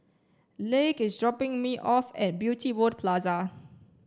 is dropping me off at Beauty World Plaza